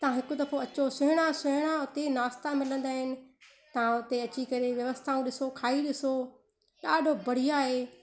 तां हिकु दफ़ो अचो सुहिणा सुहिणा उते नाश्ता मिलंदा आहिनि तव्हां उते अची करे व्यवस्थाऊं ॾिसो खाई ॾिसो ॾाढो बढ़िया आहे